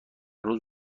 روز